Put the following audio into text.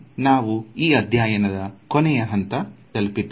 ಇಲ್ಲಿಗೆ ನಾವು ಈ ಅಧ್ಯಾಯದ ಕೊನೆಯ ಅಂತ ತಲುಪಿದೆವು